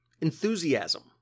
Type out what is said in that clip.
enthusiasm